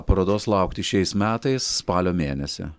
parodos laukti šiais metais spalio mėnesį